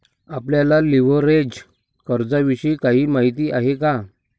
आपल्याला लिव्हरेज कर्जाविषयी काही माहिती आहे का?